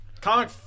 Comic